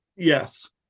yes